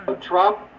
Trump